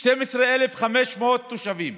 12,500 תושבים,